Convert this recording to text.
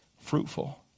fruitful